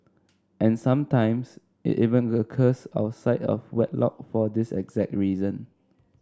and sometimes it even occurs outside of wedlock for this exact reason